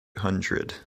hundred